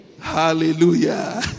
Hallelujah